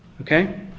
okay